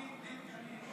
עם או בלי תקנים?